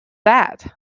that